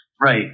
right